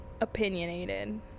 opinionated